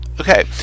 Okay